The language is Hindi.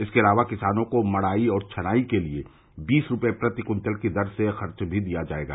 इसके अलावा किसानों को मढ़ाई और छनाई के लिए बीस रूपये प्रति कुन्तल की दर से खर्च भी दिया जायेगा